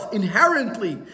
inherently